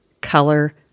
color